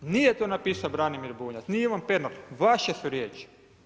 Nije to napisao Branimir Bunjac, ni Ivan Pernar, vaše su riječi.